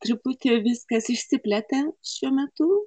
truputį viskas išsiplėtė šiuo metu